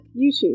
YouTube